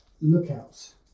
lookouts